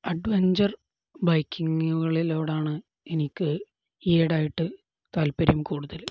adventure ബൈക്കിംഗുകളിലോടാണ് എനിക്ക് ഈയിടെയായിട്ട് താല്പര്യം കൂടുതല്